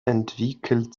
entwickelt